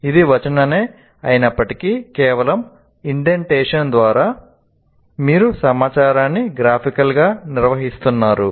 ఇది వచనమే అయినప్పటికీ కేవలం ఇండెంటేషన్ ద్వారా మీరు సమాచారాన్ని గ్రాఫికల్గా నిర్వహిస్తున్నారు